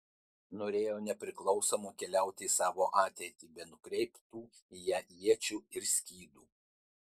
norėjo nepriklausoma keliauti į savo ateitį be nukreiptų į ją iečių ir skydų